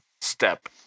step